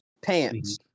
pants